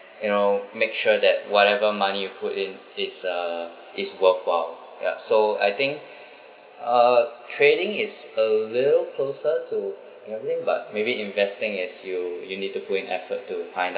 you know make sure that whatever money you put in it's uh is worthwhile ya so I think uh trading is a little closer to gambling but maybe investing as you you need to put in effort to find